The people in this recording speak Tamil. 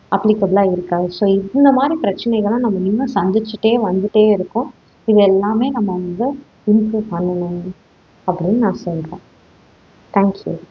அப்லிக்கபிலாக இருக்குது ஸோ இந்த மாதிரி பிரச்சனைகள்லாம் நம்ம இன்னும் சந்திச்சுட்டே வந்துட்டே இருக்கோம் இதெல்லாமே நம்ம வந்து இம்ப்ரூவ் பண்ணணும் அப்படினு நான் சொல்கிறேன் தேங்க் யூ